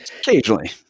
occasionally